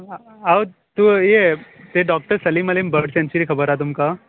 हांव तो यें तें doctor Salim Ali bird sanctuary खबर आहा तुमकां